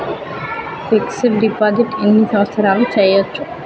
Fix డ్ deposit ఎన్ని సంవత్సరాలు చేయచ్చు?